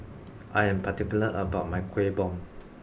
I am particular about my Kuih Bom